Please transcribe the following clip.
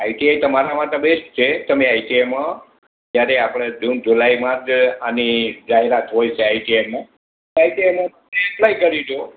I T I તમારા માટે best છે તમે આઈટીઆઈમાં જયારે આપણે જૂન જુલાઈમાં જ આની જાહેરાત હોય છે આઈટીઆઈમાં આઈટીઆઈમાં તમે એપ્લાય કરી જુઓ